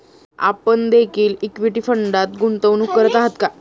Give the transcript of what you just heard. आपण देखील इक्विटी फंडात गुंतवणूक करत आहात का?